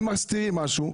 הם מסתירים משהו.